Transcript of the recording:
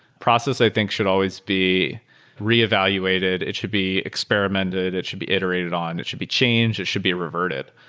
process i think should always be reevaluated. it should be experimented. it should be iterated on. it should be changed. it should be reverted.